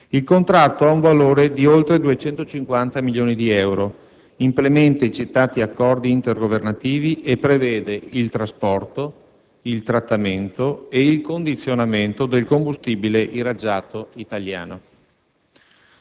Il contratto ha un valore di oltre 250 milioni di euro, implementa i citati accordi intergovernativi e prevede il trasporto, il trattamento e il condizionamento del combustibile irraggiato italiano.